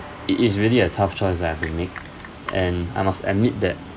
it is really a tough choice that I have to make and I must admit that